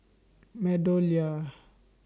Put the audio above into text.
Meadowlea